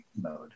mode